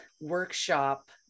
workshop